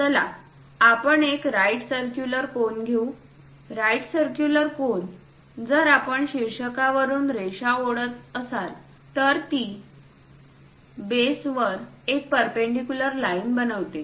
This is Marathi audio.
चला आपण एक राइट सर्क्युलर कोन घेऊ राइट सर्क्युलर कोन जर आपण शीर्षावरून रेषा सोडत असाल तर ती बेस वर एक परपेंडीकुलर लाईन बनवते